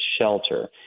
shelter